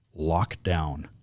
lockdown